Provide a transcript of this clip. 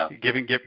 Giving